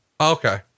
Okay